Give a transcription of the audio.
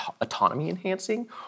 autonomy-enhancing